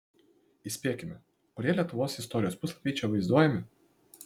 įspėkime kurie lietuvos istorijos puslapiai čia vaizduojami